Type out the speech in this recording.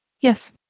Yes